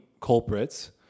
culprits